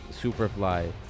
Superfly